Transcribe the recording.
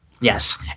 Yes